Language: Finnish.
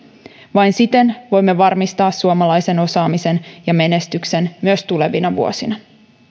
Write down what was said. vain siten voimme varmistaa suomalaisen osaamisen ja menestyksen myös tulevina vuosina